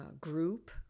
group